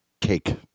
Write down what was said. Cake